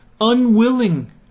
unwilling